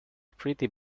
pretty